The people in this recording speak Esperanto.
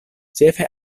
ĉefe